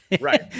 Right